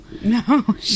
No